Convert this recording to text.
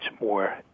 more